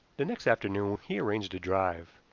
the next afternoon he arranged a drive.